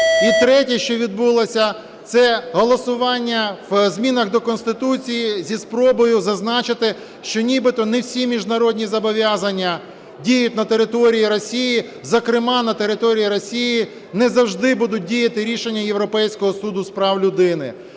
І третє, що відбулося, - це голосування в змінах до Конституції зі спробую зазначити, що нібито не всі міжнародні зобов'язання діють на території Росії, зокрема на території Росії не завжди будуть діяти рішення Європейського суду з прав людини.